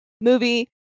movie